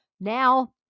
Now